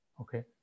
Okay